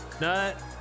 Nut